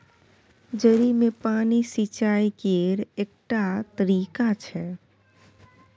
जड़ि मे पानि सिचाई केर एकटा तरीका छै